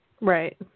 Right